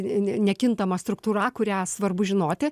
nekintama struktūra kurią svarbu žinoti